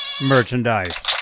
Merchandise